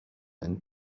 and